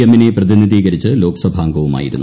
M നെ പ്രതിനിധീകരിച്ച് ലോക്സഭാംഗവുമായിരുന്നു